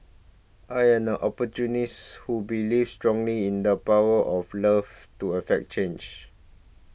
I'm an who believes strongly in the power of love to effect change